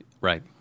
Right